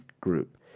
group